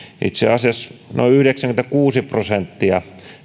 itse asiassa noin yhdeksänkymmentäkuusi prosenttia